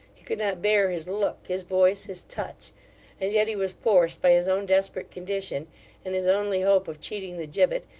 he could not bear his look, his voice, his touch and yet he was forced, by his own desperate condition and his only hope of cheating the gibbet,